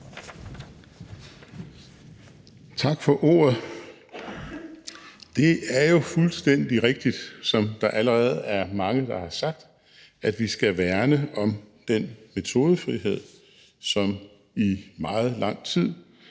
Tak for ordet. Det er jo fuldstændig rigtigt, som der allerede er mange der har sagt, at vi skal værne om den metodefrihed, som i meget lang tid